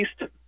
East